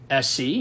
SC